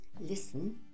Listen